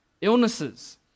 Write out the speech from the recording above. illnesses